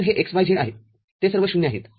तरहे x y z ते सर्व ० आहेत